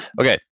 Okay